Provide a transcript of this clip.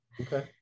Okay